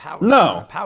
No